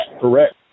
correct